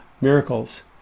miracles